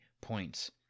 points